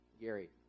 Gary